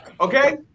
okay